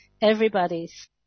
everybody's